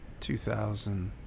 2000